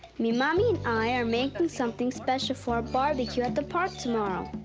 me mommy and i are making something special for a barbecue at the park tomorrow.